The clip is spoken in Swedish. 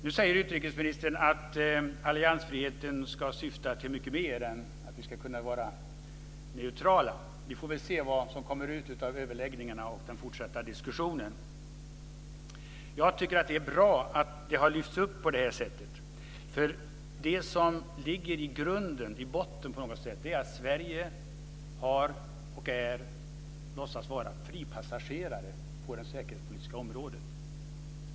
Nu säger utrikesministern att alliansfriheten ska syfta till mycket mer än att vi ska kunna vara neutrala. Vi får väl se vad som kommer ut av överläggningarna och den fortsatta diskussionen. Jag tycker att det är bra att det har lyfts upp på det här sättet. Det som ligger i grund och botten är nämligen att Sverige har varit och är - eller låtsas vara - fripassagerare på det säkerhetspolitiska området.